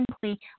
simply